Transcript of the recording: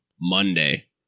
Monday